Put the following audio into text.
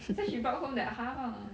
that's why she brought home that half ah